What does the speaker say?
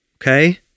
Okay